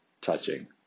touching